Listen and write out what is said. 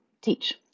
teach